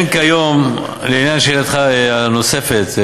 לעניין שאלתך הנוספת,